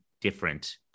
different